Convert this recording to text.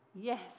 yes